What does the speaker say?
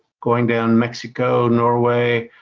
going down, mexico, norway,